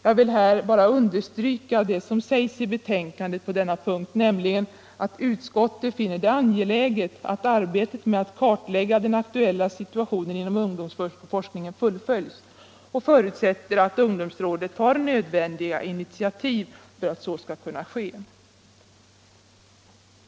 Jag vill här bara understryka det som sägs i betänkandet på denna punkt, nämligen au utskottet finner det angeläget att arbetet med att kartlägga den aktuella situationen inom ungdomsforskningen fullföljs och förutsätter att ungdomsrådet tar nödvändiga initiativ för att så skall kunna ske.